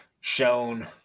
shown